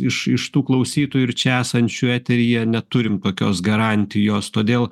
išiš tų klausytojų ir čia esančių eteryje neturim tokios garantijos todėl